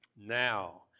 Now